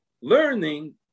learning